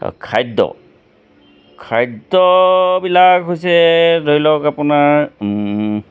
তা খাদ্য খাদ্যবিলাক হৈছে ধৰি লওক আপোনাৰ